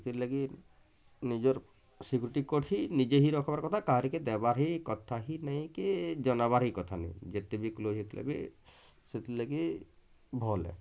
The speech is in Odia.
ସେଥିର୍ ଲାଗି ନିଜର୍ ସିକ୍ୟୁରିଟ୍ କୋଡ଼୍ ନିଜେ ହି ରଖ୍ବାର କଥା କାହାରିକେ ଦେବାରେ ହି କଥା ହି ନେଇ କେ ଜନାବାର କଥା ନୁହେଁ ଯେତେ ବି କ୍ଲୋଜ୍ ହେଇ ଥିଲେ ବି ସେଥି ଲାଗି ଭଲ୍ ହେ